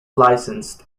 licensed